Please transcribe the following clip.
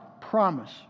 promise